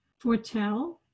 foretell